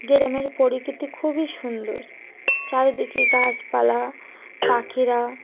গ্রামের প্রকৃতি খুবই সুন্দর চারিদিকে গাছপালা পাখিরা